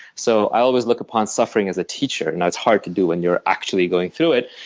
so i always look upon suffering as a teacher, and it's hard to do when you're actually going through it.